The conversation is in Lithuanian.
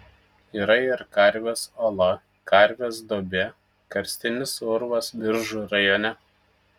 yra ir karvės ola karvės duobė karstinis urvas biržų rajone